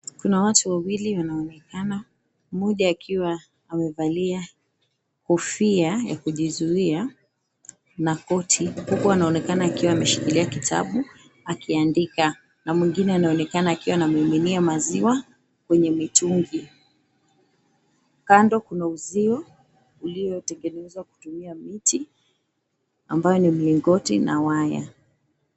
Kuna watu wawili wanaoonekana, mmoja akiwa amevalia kofia ya kujizuia na koti huku akishikilia kitabu akiandika, na mwingine anaonekana akimimina maziwa kwenye mitungi. Kando kuna uzio uliotengenezwa kwa kutumia miti ambayo ni milingoti na waya.